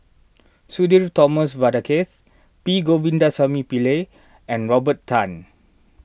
Sudhir Thomas Vadaketh P Govindasamy Pillai and Robert Tan